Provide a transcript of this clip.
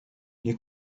you